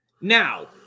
Now